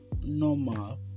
normal